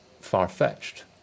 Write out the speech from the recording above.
far-fetched